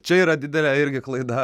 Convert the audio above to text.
čia yra didelė irgi klaida